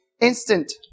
instant